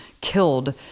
killed